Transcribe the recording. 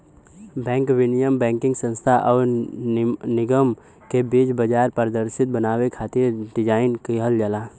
bank विनियम banking संस्थान आउर निगम के बीच बाजार पारदर्शिता बनावे खातिर डिज़ाइन किहल जाला